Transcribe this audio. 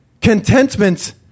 Contentment